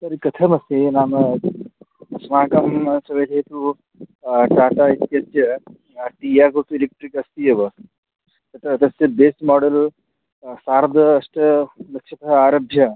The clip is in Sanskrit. तर्हि कथमस्ति नाम अस्माकं सविधे तु टाटा इत्यस्य टियागो एलेक्ट्रिक्स् अस्ति एव तत्र तस्य बेस् मोडल् सार्धाष्टलक्षतः आरभ्य